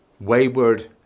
wayward